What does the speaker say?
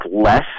less